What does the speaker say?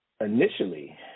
initially